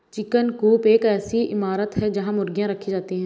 chicken coop एक ऐसी इमारत है जहां मुर्गियां रखी जाती हैं